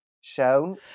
shown